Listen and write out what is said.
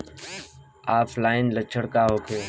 ऑफलाइनके लक्षण का होखे?